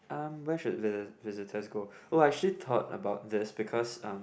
um where should the visitors go oh I actually thought about this because um